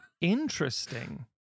Interesting